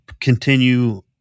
continue